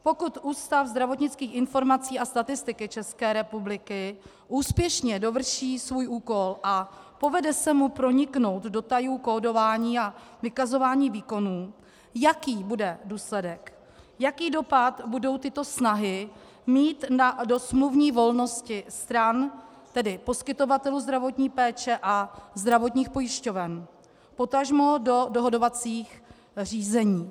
Pokud Ústav zdravotnických informací a statistiky České republiky úspěšně dovrší svůj úkol a povede se mu proniknout do tajů kódování a vykazování výkonů, jaký bude důsledek, jaký dopad budou tyto snahy mít do smluvní volnosti stran, tedy poskytovatelů zdravotní péče a zdravotních pojišťoven, potažmo do dohodovacích řízení.